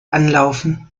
anlaufen